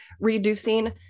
reducing